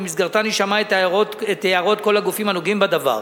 ובמסגרתן היא שמעה את הערות כל הגופים הנוגעים בדבר.